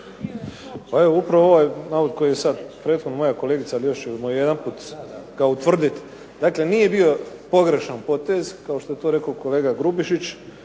Pa evo upravo ovaj navod koji je sad prethodno moja kolegica, ali još ćemo jedanput ga utvrdit. Dakle, nije bio pogrešan potez kao što je to rekao kolega Grubišić